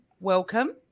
welcome